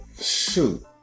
shoot